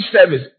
service